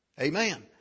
Amen